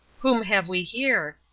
whom have we here?